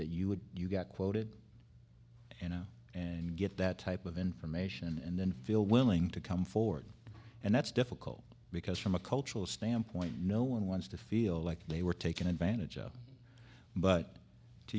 that you would you got quoted you know and get that type of information and then feel willing to come forward and that's difficult because from a cultural standpoint no one wants to feel like they were taken advantage of but do